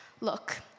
Look